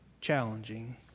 challenging